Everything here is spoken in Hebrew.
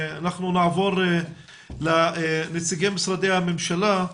אנחנו נעבור לנציגי משרדי הממשלה.